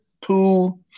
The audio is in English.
Two